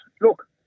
look